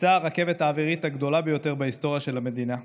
מבצע הרכבת האווירית הגדולה ביותר בהיסטוריה של המדינה,